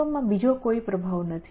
વિશ્વમાં બીજો કોઈ પ્રભાવ નથી